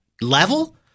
level